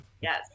yes